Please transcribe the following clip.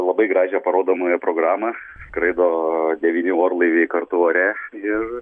labai gražią parodomąją programą skraido devyni orlaiviai kartu ore ir